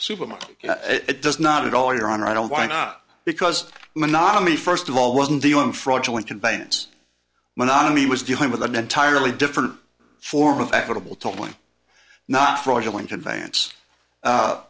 supermarket it does not at all your honor i don't why not because monogamy first of all wasn't the one fraudulent conveyance monogamy was dealing with an entirely differ form of equitable totally not